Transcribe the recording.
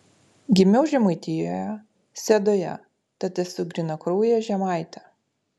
gimiau žemaitijoje sedoje tad esu grynakraujė žemaitė